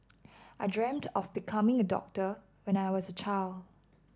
I dreamt of becoming a doctor when I was a child